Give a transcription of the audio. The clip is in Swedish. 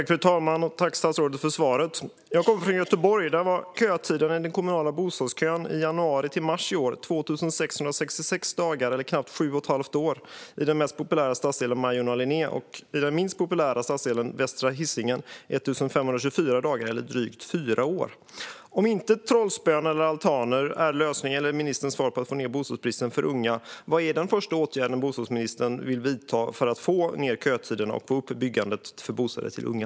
Fru talman! Tack, statsrådet, för svaret! Jag kommer från Göteborg. Där var kötiden i den kommunala bostadskön i januari till mars i år 2 666 dagar, eller knappt sju och ett halvt år, i den mest populära stadsdelen Majorna-Linné. I den minst populära stadsdelen Västra Hisingen var tiden 1 524 dagar, eller drygt fyra år. Om inte trollspön eller altaner är svaret när det gäller att få ned bostadsbristen för unga, vad är den första åtgärden som bostadsministern vill vidta för att få ned kötiden och få upp byggandet av bostäder för unga?